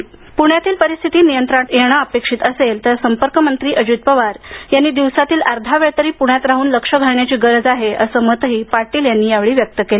प्रण्यातील परिस्थिती नियंत्रणात येणे अपेक्षित असेल तर संपर्कमंत्री अजित पवार यांनी दिवसातील अर्धा वेळ तरी प्ण्यात राहून लक्ष घालण्याची गरज आहे असं मत पाटील यांनी व्यक्त केले